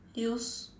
use~